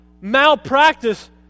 malpractice